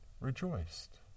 rejoiced